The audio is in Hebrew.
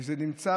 וזה נמצא